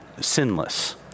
sinless